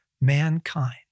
mankind